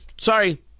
Sorry